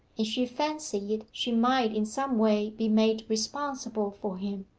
and she fancied she might in some way be made responsible for him.